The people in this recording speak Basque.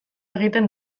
egiten